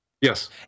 Yes